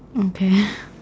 okay